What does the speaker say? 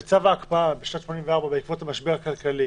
בצו ההקפאה, בשנת 1984, בעקבות המשבר הכלכלי,